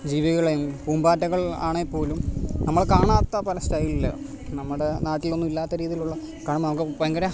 ജീവികളെയും പൂമ്പാറ്റകള് ആണേൽ പോലും നമ്മൾ കാണാത്ത പല സ്റ്റൈല്ല് നമ്മുടെ നാട്ടിലൊന്നും ഇല്ലാത്ത രീതിയിലുള്ള കാണുമ്പോൾ നമുക്ക് ഭയങ്കര